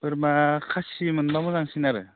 बोरमा खासि मोनब्ला मोजांसिन आरो